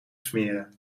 smeren